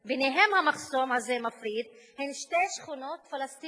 שביניהם המחסום הזה מפריד הם שתי שכונות פלסטיניות.